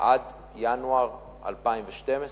עד ינואר 2012,